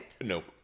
Nope